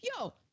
Yo